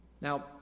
Now